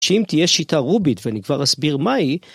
שאם תהיה שיטה רובית, ואני כבר אסביר מהי...